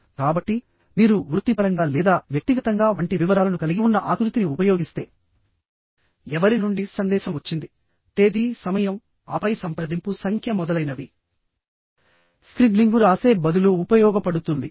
కాబట్టి మీరు వృత్తిపరంగా లేదా వ్యక్తిగతంగా వంటి వివరాలను కలిగి ఉన్న ఆకృతిని ఉపయోగిస్తే ఎవరి నుండి సందేశం వచ్చింది తేదీ సమయం ఆపై సంప్రదింపు సంఖ్య మొదలైనవి స్క్రిబ్లింగ్ వ్రాసే బదులు ఉపయోగపడుతుంది